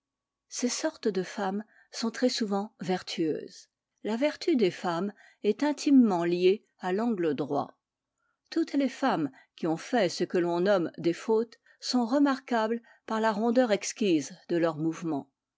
ces sortes de femmes sont très souvent vertueuses la vertu des femmes est intimement liée à l'angle droit toutes les femmes qui ont fait ce que l'on nomme des fautes sont remarquables par la rondeur exquise de leurs mouvements